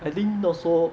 I think no so